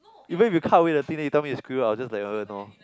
even if you cut away the thing then you tell me is squirrel I'll just like ugh no